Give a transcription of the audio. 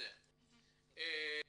או לא.